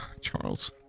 Charles